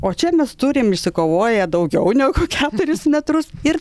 o čia mes turim išsikovoję daugiau negu keturis metrus ir